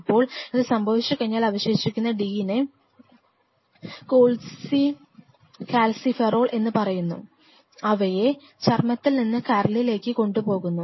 ഇപ്പോൾ അത് സംഭവിച്ചുകഴിഞ്ഞാൽ അവശേഷിക്കുന്നു d നെ കോൾകാൽസിഫെറോൾ എന്ന് പറയുന്നു അവയെ ചർമ്മത്തിൽ നിന്ന് കരളിലേക്ക് കൊണ്ടുപോകുന്നു